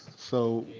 so.